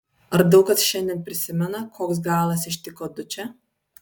ar daug kas šiandien prisimena koks galas ištiko dučę